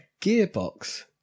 gearbox